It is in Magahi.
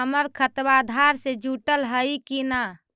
हमर खतबा अधार से जुटल हई कि न?